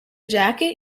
jacket